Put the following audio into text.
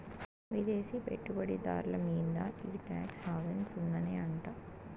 విదేశీ పెట్టుబడి దార్ల మీంద ఈ టాక్స్ హావెన్ సున్ననే అంట